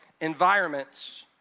environments